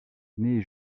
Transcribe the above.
née